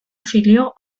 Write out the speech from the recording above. afilió